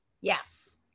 Yes